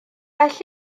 well